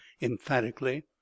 emphatically